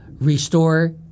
Restore